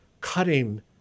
cutting